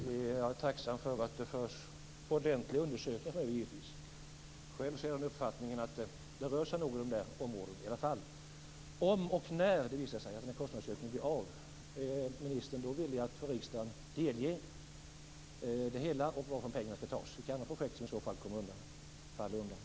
Fru talman! Jag är tacksam för att det görs ordentliga undersökningar. Själv har jag den uppfattningen att det i alla fall rör sig om kostnader i den storleksordningen. Om och när det visar sig att den kostnadsökningen blir av, är ministern då villig att för riksdagen delge det hela och varifrån pengarna skall tas? Det är kanske projekt som i så fall faller undan.